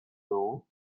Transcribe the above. dugu